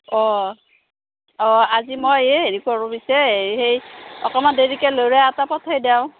অঁ অঁ আজি মই এ হেৰি কৰো বুইছে সেই অকমান দেৰিকে ল'ৰা এটা পঠাই দেওঁ